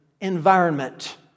environment